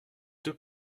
deux